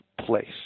place